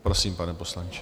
Prosím, pane poslanče.